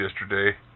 yesterday